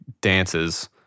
dances